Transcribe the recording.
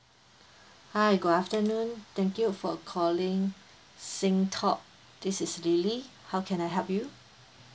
hi good afternoon thank you for calling sing talk this is lily how can I help you